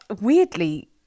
weirdly